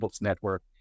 Network